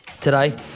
Today